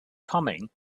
coming